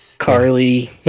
Carly